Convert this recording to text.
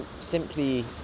simply